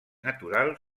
natural